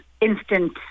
instant